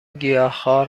گیاهخوار